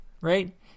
right